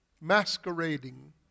masquerading